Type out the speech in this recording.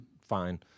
Fine